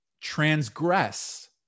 transgress